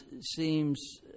seems